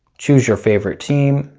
choose your favorite team